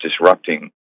disrupting